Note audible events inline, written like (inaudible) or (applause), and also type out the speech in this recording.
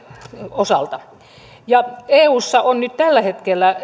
osalta eussa on nyt tällä hetkellä (unintelligible)